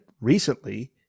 recently